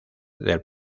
del